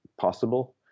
possible